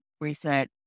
reset